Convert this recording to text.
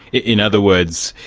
in other words,